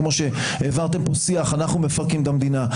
כמו שהעברתם פה שיח שאנחנו מפרקים את המדינה.